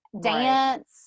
dance